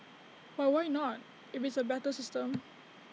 but why not if it's A better system